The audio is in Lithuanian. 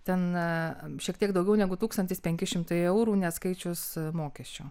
ten a šiek tiek daugiau negu tūkstantis penki šimtai eurų neatskaičius mokesčių